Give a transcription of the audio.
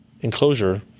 Enclosure